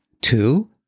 Two